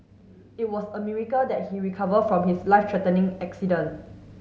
it was a miracle that he recover from his life threatening accident